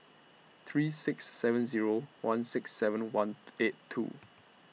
three six seven Zero one six seven one eight two